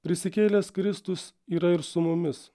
prisikėlęs kristus yra ir su mumis